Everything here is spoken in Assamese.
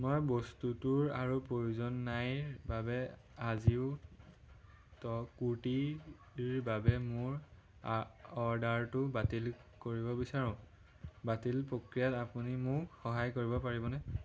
মই বস্তুটোৰ আৰু প্ৰয়োজন নাইৰ বাবে আজিঅ'ত কুৰ্তিৰ বাবে মোৰ অৰ্ডাৰটো বাতিল কৰিব বিচাৰোঁ বাতিল প্ৰক্ৰিয়াত আপুনি মোক সহায় কৰিব পাৰিবনে